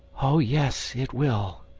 oh yes, it will,